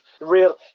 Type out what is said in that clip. real